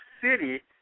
city